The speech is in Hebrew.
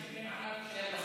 רק שבן ערב יישאר בחיים.